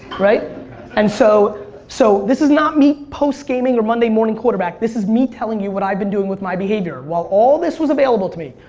and so so this is not me post gaming or monday morning quarterback, this is me telling you what i've been doing with my behavior. while all this was available to me,